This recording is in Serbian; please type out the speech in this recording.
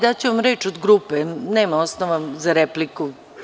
Daću vam reč od grupe, nema osnova za repliku.